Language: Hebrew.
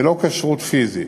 ולא כשרות פיזית,